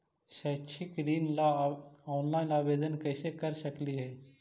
शैक्षिक ऋण ला ऑनलाइन आवेदन कैसे कर सकली हे?